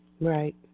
right